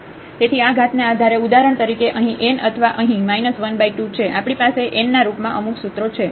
તેથી આ ઘાત ને આધારે ઉદાહરણ તરીકે અહીં n અથવા અહીં 12 છે આપણી પાસે n ના રૂપમાં અમુક સૂત્રો છે